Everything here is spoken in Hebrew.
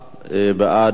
בעד, ועדה,